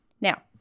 Now